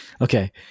Okay